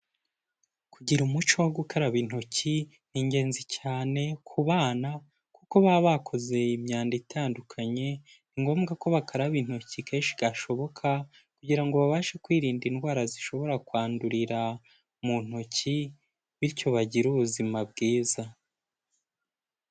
Kugira umuco wo gukaraba intoki ni ingenzi cyane ku bana, kuko baba bakoze imyanda itandukanye, ni ngombwa ko bakaraba intoki kenshi gashoboka, kugira ngo babashe kwirinda indwara zishobora kwandurira mu ntoki, bityo bagire ubuzima bwiza.